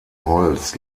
holz